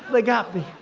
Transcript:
they got me!